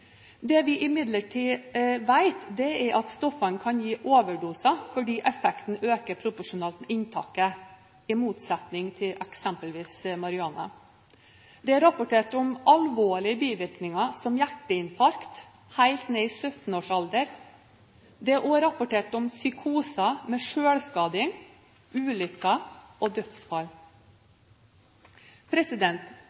Det vi imidlertid vet, er at stoffene kan gi overdoser fordi effekten øker proporsjonalt med inntaket, i motsetning til eksempelvis marihuana. Det er rapportert om alvorlige bivirkninger som hjerteinfarkt helt ned i 17-årsalder. Det er òg rapportert om psykoser med selvskading, ulykker og